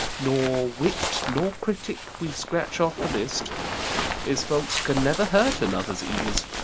nor wit nor critic we scratch off the list his faults can never hurt another's ease,